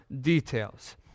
details